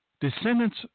descendants